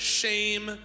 shame